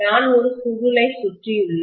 நான் ஒரு சுருளை சுற்றியுள்ளேன்